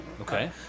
okay